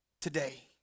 today